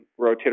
rotator